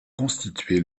constituer